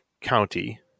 County